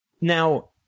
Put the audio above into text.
Now